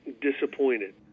disappointed